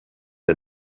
est